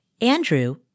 Andrew